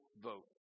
vote